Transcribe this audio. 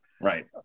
Right